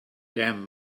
damn